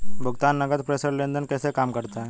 भुगतान नकद प्रेषण लेनदेन कैसे काम करता है?